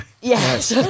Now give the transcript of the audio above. Yes